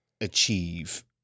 achieve